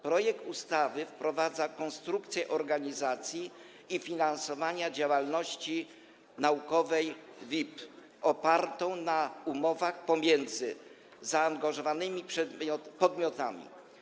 Projekt ustawy wprowadza konstrukcję organizacji i finansowania działalności naukowej WIB opartą na umowach pomiędzy zaangażowanymi podmiotami.